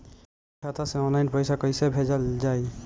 खाता से ऑनलाइन पैसा कईसे भेजल जाई?